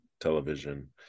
television